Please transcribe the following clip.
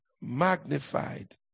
magnified